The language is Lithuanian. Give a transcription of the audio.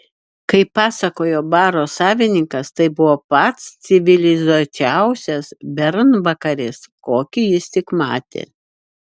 kaip pasakojo baro savininkas tai buvo pats civilizuočiausias bernvakaris kokį jis tik matė